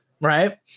Right